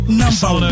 number